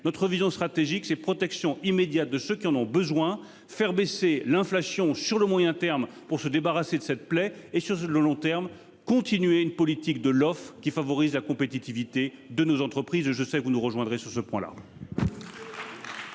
Notre vision stratégique c'est protection immédiate de ceux qui en ont besoin. Faire baisser l'inflation sur le moyen terme pour se débarrasser de cette plaie et sur le long terme continuer une politique de l'offre qui favorise la compétitivité de nos entreprises. Je sais que vous nous rejoindre et sur ce point là.